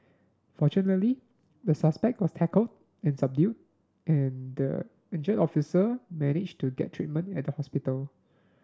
fortunately the suspect was tackled and subdued and the injured officer managed to get treatment at the hospital